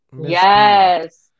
Yes